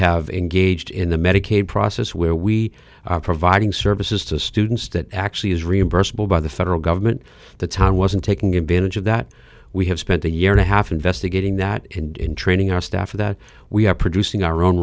have engaged in the medicaid process where we are providing services to students that actually is reimbursable by the federal government the time wasn't taking advantage of that we have spent a year and a half investigating that and in training our staff that we are producing our own